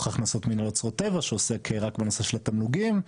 הכנסות מנהל אוצרות טבע שעוסק רק בנושא של התמלוגים,